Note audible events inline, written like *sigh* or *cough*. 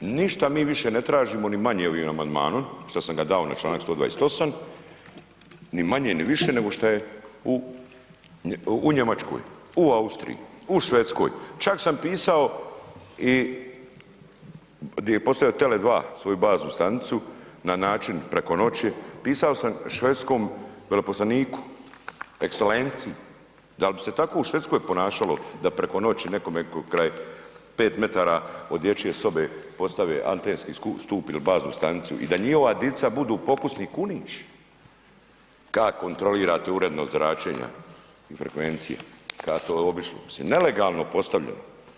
Ništa mi više ne tražimo ni manje ovim amandmanom što sam ga dao na čl. 128., ni manje ni više nego što je u Njemačkoj, u Austriji, u Švedskoj, čak sam pisao i di je postavio Tele2 svoju baznu stanicu na način preko noći, pisao sam švedskom veleposlaniku, ekscelenciji, da li bi se tako u Švedskoj ponašalo, da preko noći nekome kraj 5 m od dječje sobe postave antenski stup ili baznu stanicu i da njihova dica budu pokusni kunići. ka' kontrolirate uredno zračenja i frekvencije, ... *unintelligible* nelegalno postavljeno.